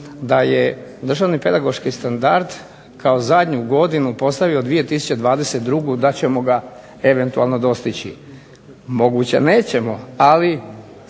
da je državni pedagoški standard, kao zadnju godinu postavio 2022. da ćemo ga eventualno dostići. Moguće nećemo, ali